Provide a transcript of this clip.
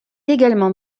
également